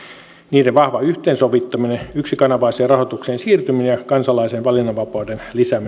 niiden vahva yhteensovittaminen yksikanavaiseen rahoitukseen siirtyminen ja kansalaisen valinnanvapauden